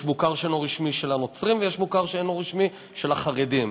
יש מוכר שאינו רשמי של הנוצרים ויש מוכר שאינו רשמי של החרדים.